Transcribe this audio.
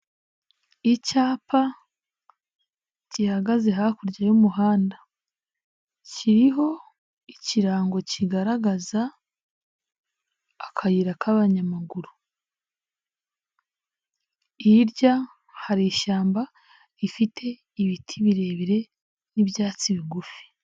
Icyapa gihagaze hakurya y'umuhanda, kiriho ikirango kigaragaza akayira k'abanyamaguru, ibiti birebire n'ibyatsi bigufi.